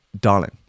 darling